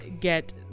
get